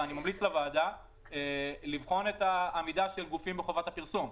ואני ממליץ לוועדה לבחון את העמידה של גופים בחובת הפרסום.